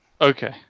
Okay